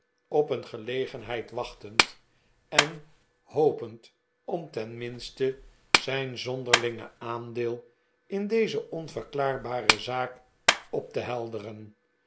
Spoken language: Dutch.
op een gelegenheid wachtend en hopend om terrminste zijn zonderlinge aandeel in deze onverklaarbare zaak op te helderen